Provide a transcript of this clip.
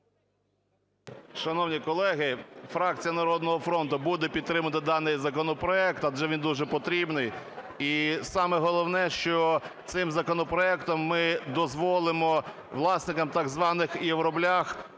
Шановні колеги, фракція "Народного фронту" буде підтримувати даний законопроект, адже він дуже потрібний. І саме головне, що цим законопроектом ми дозволимо власникам так званих "євроблях"